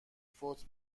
فوت